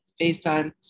FaceTime